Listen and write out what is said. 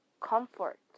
comfort